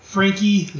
Frankie